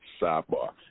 sidebar